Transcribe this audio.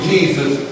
Jesus